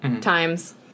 times